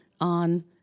on